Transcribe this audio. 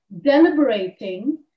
deliberating